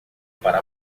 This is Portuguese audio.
para